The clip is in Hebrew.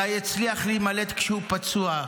גיא הצליח להימלט כשהוא פצוע,